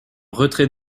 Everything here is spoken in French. retrait